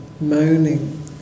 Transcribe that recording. moaning